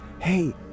hey